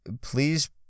Please